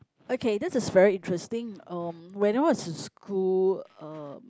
okay this is very interesting um when I was in school um